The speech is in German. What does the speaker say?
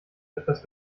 etwas